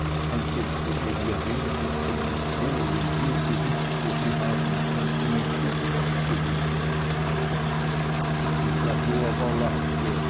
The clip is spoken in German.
ob dinge wie rehrücken und bowle je gewicht für sie haben könnten entschieden abzulehnen isabeau aber lachte